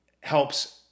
helps